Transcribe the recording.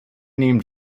named